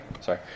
Sorry